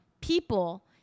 people